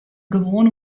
gewoan